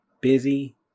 busy